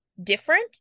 different